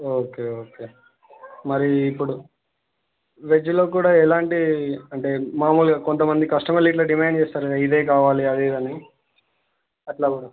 okay okay మరి ఇప్పుడు వెజ్లో కూడా ఎలాంటి అంటే మామూలుగా కొంతమంది కస్టమర్ ఇలా డిమాండ్ చేస్తారు ఇదే కావాలి అదే అని అలా